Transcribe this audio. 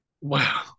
Wow